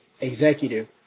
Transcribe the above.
executive